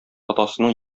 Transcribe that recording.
атасының